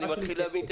אני מתחיל להבין,